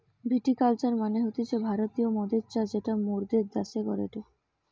ভিটি culture মানে হতিছে ভারতীয় মদের চাষ যেটা মোরদের দ্যাশে করেটে